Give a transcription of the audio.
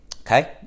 Okay